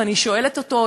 ואני שואלת אותו,